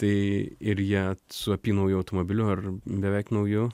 tai ir jie su apynauju automobiliu ar beveik nauju